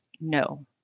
no